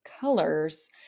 colors